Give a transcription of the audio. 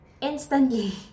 instantly